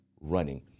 running